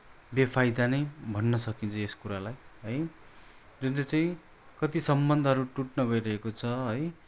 बेफाइदा नै भन्न सकिन्छ यस कुरालाई है जुन चाहिँ चाहिँ कति सम्बन्धहरू टुट्न गइरहेको छ है